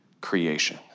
creation